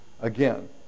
Again